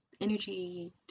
energy